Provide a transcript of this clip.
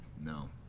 No